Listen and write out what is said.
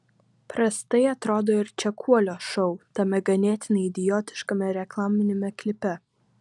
prastai atrodo ir čekuolio šou tame ganėtinai idiotiškame reklaminiame klipe